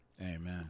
Amen